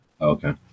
Okay